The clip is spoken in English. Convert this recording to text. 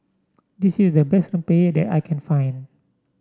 this is the best rempeyek that I can find